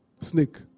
snake